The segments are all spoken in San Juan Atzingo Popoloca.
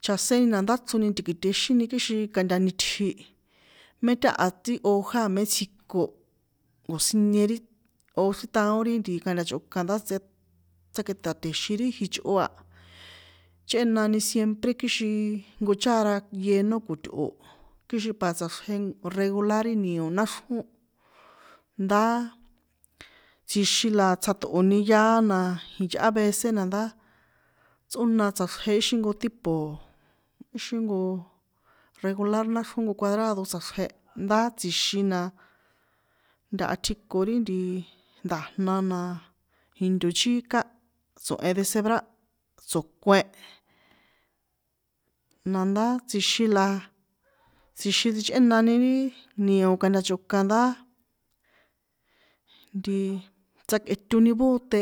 Chjaséni na ndáchroni kixin ti̱kitexíni kixin kantanitji, mé táha ti oja a me tsjiko nko̱siñe ri o̱ chrítaon ri kantachꞌokan ndá tsjakꞌeṭa̱te̱xin ri jichꞌo a, chꞌéna siempre kixin nko chára yeno ko̱tꞌo̱ kixin para tsꞌaxrje regular ti nio náxrjón, ndá tsjixin na tsjaṭꞌo nia yaá na iyꞌá vece nandá tsꞌóna tsꞌaxrje íxin nko tipo ixin nko regular jnko cuadrádo tsꞌaxrje, nda tsjixin na ntha tjiko rí nti nda̱jna na jinto chíka tso̱he deshebrar tso̱kuen, nandá tsjixin la, tsjixin sich¿enani ri nio kantachꞌonkan nda, ntiii, tsjakꞌetoni bóté,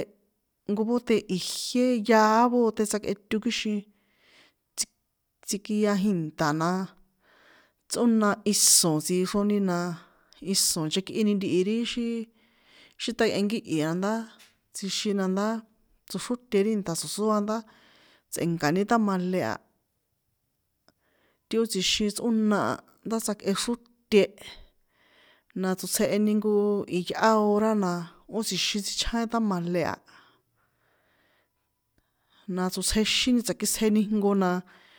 jnko bóte ijié yaá bóte tsjakꞌeto kixin tsi tsikia ji̱nta̱ na tsꞌóna iso̱n tsixronina iso̱n nchekꞌini ntihi ri xí takꞌenkíhi̱ ndá tsjixin nandá tsoxróte ri nṭa̱ tso̱sóa nandá tsjixin, ndá tsꞌe̱nkani támale a, ti ó tsjixin tsꞌóna a ndá tsjakꞌexróte na tsotsjeheni nko yꞌá hora na ó tsjixin tsíchján tamale a, na tsotsjexíni tsakitsjeni ijnko na.